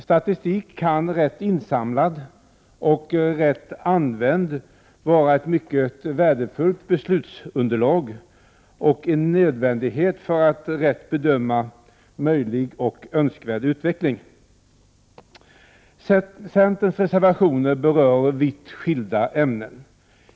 Statistik kan rätt insamlad och rätt använd vara ett mycket värdefullt beslutsunderlag och en nödvändighet för att rätt bedöma möjlig och önskvärd utveckling. Centerns reservationer berör vitt skilda ämnen.